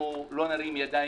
אנחנו לא נרים ידיים.